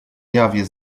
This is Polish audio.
jawie